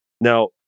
Now